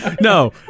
No